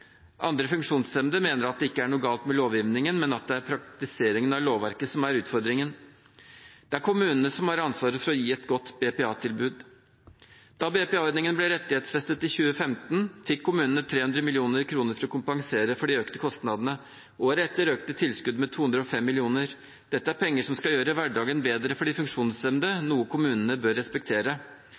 noe galt med lovgivningen, men at det er praktiseringen av lovverket som er utfordringen. Det er kommunene som har ansvar for å gi et godt BPA-tilbud. Da BPA-ordningen ble rettighetsfestet i 2015, fikk kommunene 300 mill. kr for å kompensere for de økte kostnadene. Året etter økte tilskuddet med 205 mill. kr. Dette er penger som skal gjøre hverdagen bedre for de funksjonshemmede, noe kommunene bør respektere.